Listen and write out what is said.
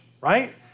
right